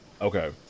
Okay